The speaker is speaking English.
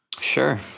Sure